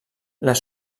les